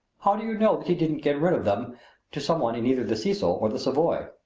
how do you know that he didn't get rid of them to some one in either the cecil or the savoy?